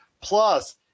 Plus